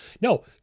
No